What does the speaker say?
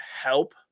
help